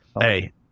Hey